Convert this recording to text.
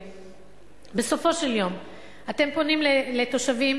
בסופו של יום אתם פונים לתושבים,